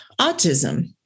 autism